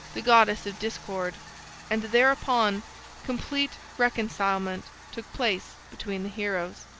the goddess of discord and thereupon complete reconcilement took place between the heroes.